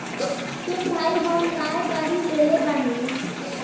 सुन भाई हम नाय गाड़ी लेले बानी